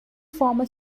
former